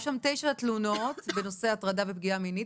היו שם תשע תלונות בנושא הטרדה ופגיעה מינית.